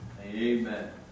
Amen